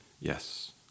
Yes